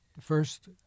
first